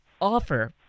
offer